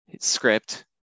script